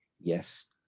Yes